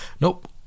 nope